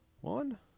one